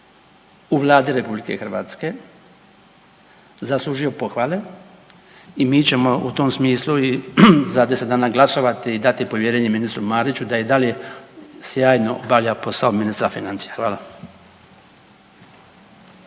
u Vladi RH zaslužio pohvale i mi ćemo u tom smislu i za 10 dana glasovati i dati povjerenje ministru Mariću da i dalje sjajno obavlja posao ministra financija. Hvala.